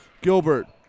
Gilbert